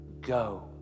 go